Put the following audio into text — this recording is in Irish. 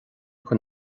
chun